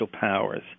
powers